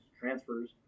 transfers